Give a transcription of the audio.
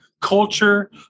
culture